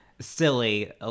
silly